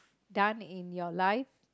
done in your life